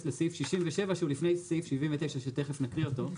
לסעיף 67 שהוא לפני סעיף 709 שתיכף נקריא אותו,